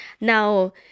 Now